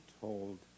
told